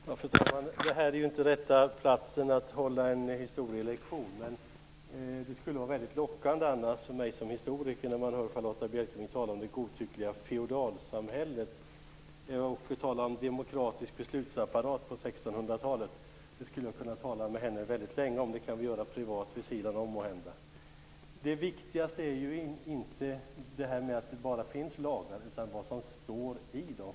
Fru talman! Det här är inte rätt plats att hålla en historielektion, men det är lockande för mig som historiker när jag hör Charlotta Bjälkebring tala om det godtyckliga feodalsamhället och demokratisk beslutsapparat på 1600-talet. Det skulle jag kunna tala länge med Charlotta Bjälkebring om. Det kan vi göra privat vid sidan om måhända. Det viktigaste är inte bara att det finns lagar, utan vad som står i dem.